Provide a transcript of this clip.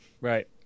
right